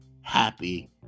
happy